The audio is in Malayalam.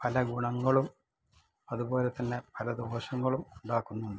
പല ഗുണങ്ങളും അതുപോലെ തന്നെ പല ദോഷങ്ങളും ഉണ്ടാക്കുന്നുണ്ട്